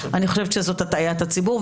אני חושבת שזו הטעיית הציבור,